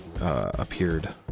appeared